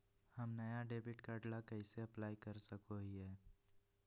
हम नया debit card ला कइसे अप्लाई कर सको हियै?